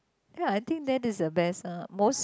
ya I think that is the best ah most